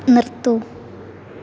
നിർത്തൂ